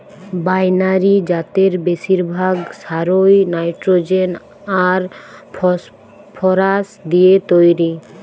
binary জাতের বেশিরভাগ সারই নাইট্রোজেন আর ফসফরাস দিয়ে তইরি